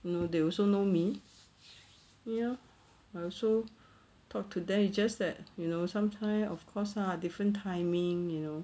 you know they also know me you know so talk to them it's just that you know sometime of course lah different timing you know